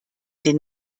den